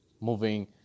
moving